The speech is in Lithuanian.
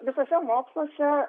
visuose moksluose